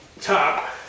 top